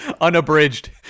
Unabridged